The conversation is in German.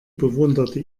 bewunderte